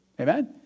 Amen